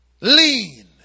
lean